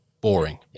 boring